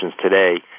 today